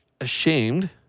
ashamed